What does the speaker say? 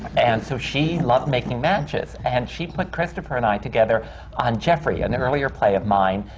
and so she loved making matches. and she put christopher and i together on jeffrey, an earlier play of mine,